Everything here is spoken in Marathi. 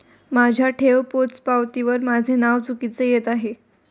माझ्या ठेव पोचपावतीवर माझे नाव चुकीचे येत आहे